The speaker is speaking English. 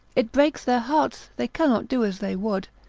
it breaks their hearts, they cannot do as they would.